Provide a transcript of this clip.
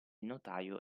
notaio